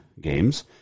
games